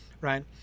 right